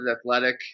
athletic